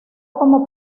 como